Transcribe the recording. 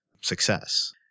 success